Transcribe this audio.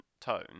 tone